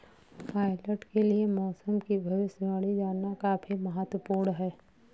pilot के लिए मौसम की भविष्यवाणी जानना काफी महत्त्वपूर्ण है